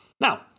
Now